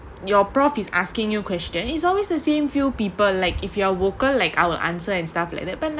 your professor is asking you question is always the same few people like if you are vocal like I'll answer and stuff like that but